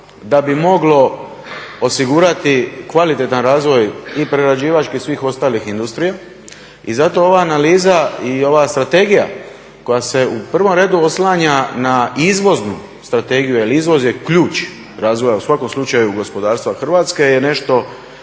da bi moglo osigurati kvalitetan razvoj i prerađivačke i svih ostalih industrija i zato ova analiza i ova strategija koja se u prvom redu oslanja na izvoznu strategiju jer izvoz je ključ razvoja u svakom slučaju gospodarstva Hrvatske, je nešto